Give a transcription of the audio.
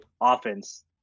offense